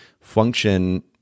function